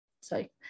Sorry